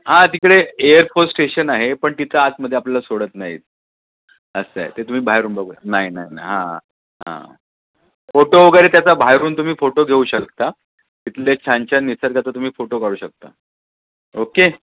हां तिकडे air force station आहे पण तिथं आतमध्ये आपल्याला सोडत नाही आहेत असं आहे ते तुम्ही बाहेरून बघू नाही नाही नाही हां हां फोटो वगैरे त्याचा बाहेरून तुम्ही फोटो घेऊ शकता तिथले छान छान निसर्गाचा तुम्ही फोटो काढू शकता ओके